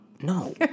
No